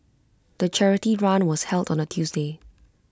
the charity run was held on A Tuesday